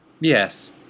Yes